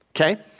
Okay